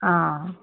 অঁ